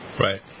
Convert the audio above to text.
Right